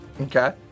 Okay